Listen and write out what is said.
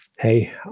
hey